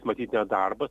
matyt nearbą